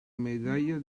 medalla